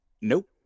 Nope